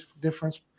difference